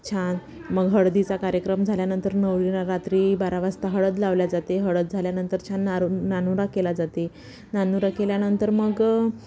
छान मग हळदीचा कार्यक्रम झाल्यानंतर नवरीला रात्री बारा वाजता हळद लावल्या जाते हळद झाल्यानंतर छान नारू नाहनुरा केला जाते नाहनुरा केल्यानंतर मग